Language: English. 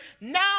now